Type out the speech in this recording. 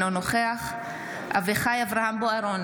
אינו נוכח אביחי אברהם בוארון,